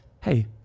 hey